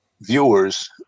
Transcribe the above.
viewers